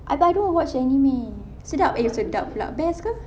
I but I don't watch anime sedap eh sedap pula best ke